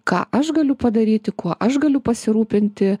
ką aš galiu padaryti kuo aš galiu pasirūpinti